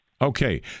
okay